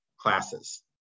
classes